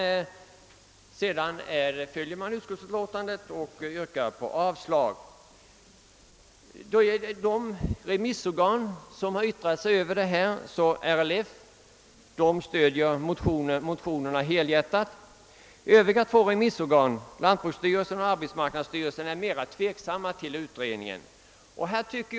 För övrigt följer de utskottet och yrkar avslag på motionerna. Av de remissorgan som yttrat sig över dessa motioner stöder RLF dem helhjärtat. Övriga två remissorgan, lantbruksstyrelsen och arbetsmarknadsstyrelsen, är mer tveksamma till förslaget om en utredning.